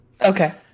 Okay